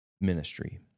ministry